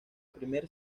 primer